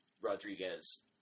Rodriguez